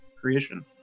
creation